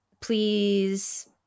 please